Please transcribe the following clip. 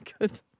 good